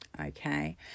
Okay